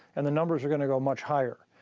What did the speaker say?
and the numbers are going to go much higher.